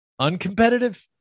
Uncompetitive